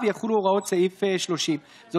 ועושים את הכול בחופזה, בלי שׂום